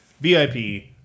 VIP